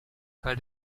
teil